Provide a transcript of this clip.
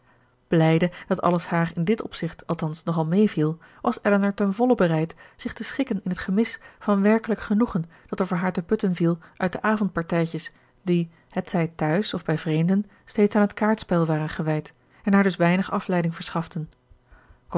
blijde dat alles haar in dit opzicht althans nogal meeviel was elinor ten volle bereid zich te schikken in het gemis van werkelijk genoegen dat er voor haar te putten viel uit de avondpartijtjes die t zij tehuis of bij vreemden steeds aan het kaartspel waren gewijd en haar dus weinig afleiding verschaften